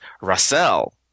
Russell